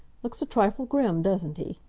looks a trifle grim, doesn't he?